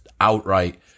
outright